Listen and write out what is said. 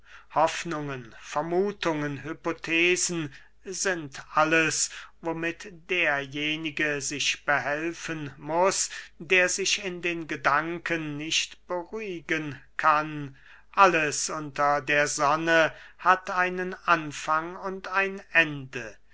hoffnungen vermuthungen hypothesen sind alles womit derjenige sich behelfen muß der sich in den gedanken nicht beruhigen kann alles unter der sonne hat einen anfang und ein ende